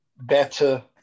better